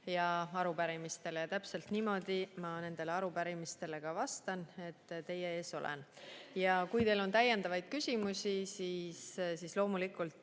jooksul, ja täpselt niimoodi ma nendele arupärimistele ka vastan ja teie ees olen. Kui teil on täiendavaid küsimusi, siis loomulikult